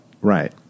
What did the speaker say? right